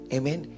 Amen